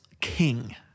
king